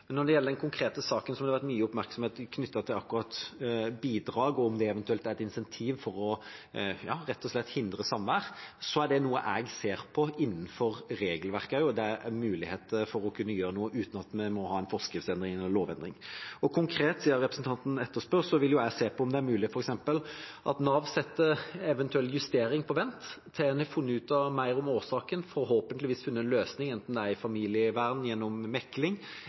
Når det gjelder den konkrete saken, hvor det har vært mye oppmerksomhet knyttet til akkurat bidrag og om det eventuelt er et insentiv for rett og slett å hindre samvær, er det noe jeg ser på innenfor regelverket – om det er muligheter for å kunne gjøre noe uten at vi må ha en forskriftsendring eller lovendring. Konkret, siden representanten etterspør det, vil jeg se på om det er mulig f.eks. at Nav setter en eventuell justering på vent til man har funnet ut mer om årsaken og forhåpentligvis funnet en løsning, enten det er i familievern gjennom mekling